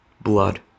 Blood